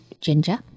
ginger